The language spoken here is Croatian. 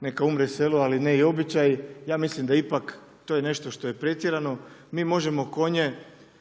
neka umre selo, ali ne i običaj. Ja mislim da je to ipak nešto što je pretjerano. Mi možemo konje